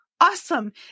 awesome